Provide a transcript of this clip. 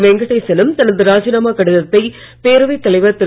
வெங்கடேசனும் தனது ராஜினாமா கடிதத்தை பேரவைத் தலைவர் திரு